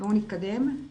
בואו נעבור לשקף הבא.